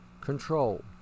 control